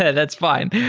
and that's fine.